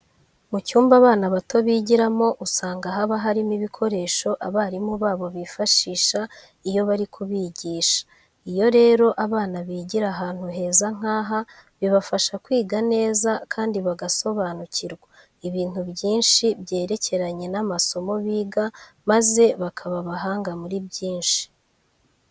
Mu cyumba abana bato bigiramo usanga haba harimo ibikoresho abarimu babo bifashisha iyo bari kubigisha. Iyo rero abana bigira ahantu heza nk'aha bibafasha kwiga neza kandi bagasobanukirwa ibintu byinshi byerekeranye n'amasomo biga maze bakaba abahanga muri byinshi.